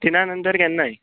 तीना नंतर केन्नाय